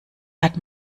hat